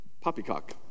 poppycock